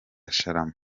sharama